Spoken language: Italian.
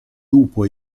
lupo